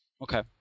Okay